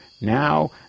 now